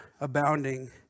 abounding